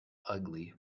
ugly